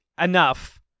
enough